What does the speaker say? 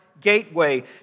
gateway